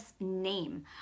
name